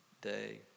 day